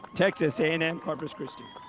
texas a and m corpus christi.